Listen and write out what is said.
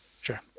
Sure